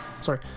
sorry